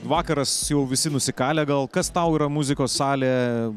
vakaras jau visi nusikalę gal kas tau yra muzikos salė